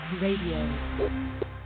Radio